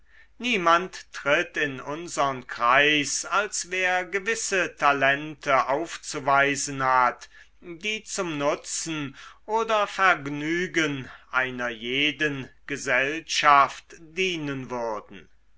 niemand tritt in unsern kreis als wer gewisse talente aufzuweisen hat die zum nutzen oder vergnügen einer jeden gesellschaft dienen würden